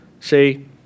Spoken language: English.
See